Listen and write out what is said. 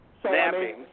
Snapping